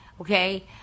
okay